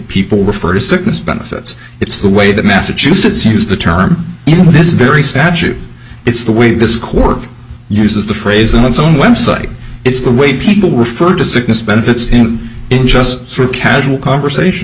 people refer to sickness benefits it's the way that massachusetts used the term in this very statute it's the way this court uses the phrase on its own website it's the way people refer to sickness benefits in just through casual conversation